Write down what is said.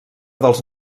dels